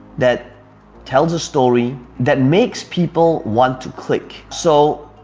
that tells a story that makes people want to click. so,